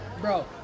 Bro